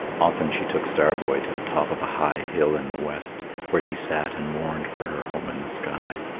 often she took star-boy to the top of a high hill in the west, where she sat and mourned for her home in the sky.